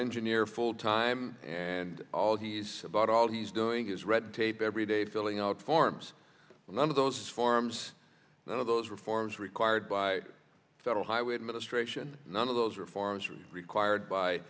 engineer full time and all he's about all he's doing is red tape every day filling out forms none of those forms none of those reforms required by federal highway administration none of those reforms are required by